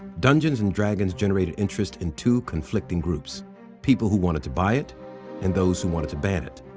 dungeons and dragons generated interest in two conflicting groups people who wanted to buy it and those who wanted to ban it,